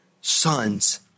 sons